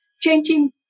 changing